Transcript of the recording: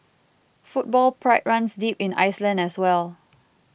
football pride runs deep in Iceland as well